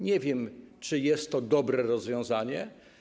Nie wiem, czy jest to dobre rozwiązanie.